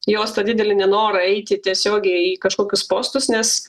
jos tą didelį nenorą eiti tiesiogiai į kažkokius postus nes